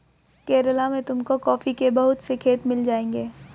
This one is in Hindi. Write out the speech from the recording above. केरला में तुमको कॉफी के बहुत से खेत मिल जाएंगे